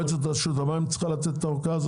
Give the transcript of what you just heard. מועצת רשות המים צריכה לתת את האורכה הזו?